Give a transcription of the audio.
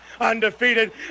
undefeated